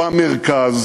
במרכז,